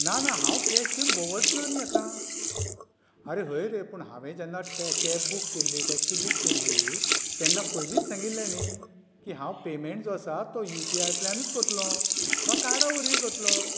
ना ना हांव कॅश घेवन भोंवच ना न्ही आतां आरे हय रे पूण हांवें जेन्ना टॅ् कॅब बूक केल्ली टॅक्सी बूक केल्ली तेन्ना पयलींच सांगिल्लें न्ही की हांव पेयमेंट जो आसा तो युपिआयंतल्यानूच करतलो वा कार्डा वरवीं करतलो